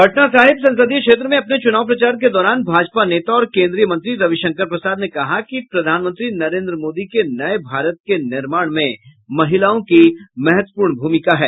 पटना साहिब संसदीय क्षेत्र में अपने चूनाव प्रचार के दौरान भाजप नेता और केन्द्रीय मंत्री रविशंकर प्रसाद ने कहा कि प्रधानमंत्री नरेन्द्र मोदी के नये भारत के निर्माण में महिलाओं की महत्वपूर्ण भूमिका है